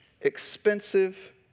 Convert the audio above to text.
expensive